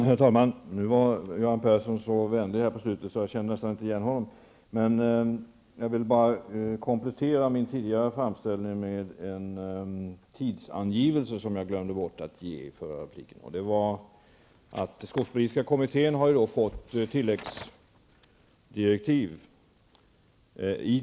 Herr talman! Nu var Göran Persson så vänlig här på slutet att jag nästan inte kände igen honom. Jag vill bara komplettera min tidigare framställning med en tidsangivelse som jag glömde bort att ge i förra repliken. Skogspolitiska kommittén har fått tilläggsdirektiv.